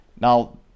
now